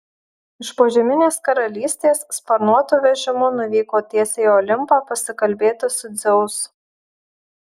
iš požeminės karalystės sparnuotu vežimu nuvyko tiesiai į olimpą pasikalbėti su dzeusu